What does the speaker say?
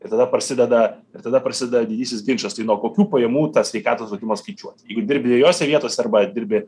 ir tada prasideda ir tada prasideda didysis ginčas tai nuo kokių pajamų tą sveikatos draudimą skaičiuot jeigu dirbi dviejose vietose arba dirbi